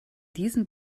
diesem